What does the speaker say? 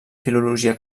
filologia